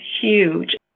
huge